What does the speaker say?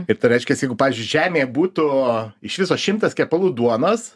ir tai reiškias jeigu pavyzdžiui žemė būtų iš viso šimtas kepalų duonos